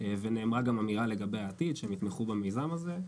ונאמרה גם אמירה לגבי העתיד, שהם יתמכו במיזם הזה.